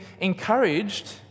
encouraged